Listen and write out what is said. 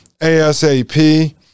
ASAP